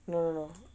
no no no